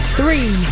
three